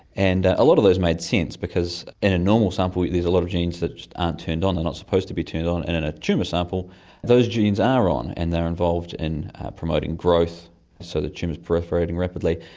and a a lot of those made sense because in a normal sample there's a lot of genes that just aren't turned on, they're not supposed to be turned on, and in a tumour sample those genes are on and they're involved in promoting growth so the tumour is proliferating rapidly.